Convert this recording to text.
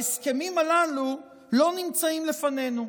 ההסכמים הללו לא נמצאים לפנינו.